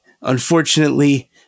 Unfortunately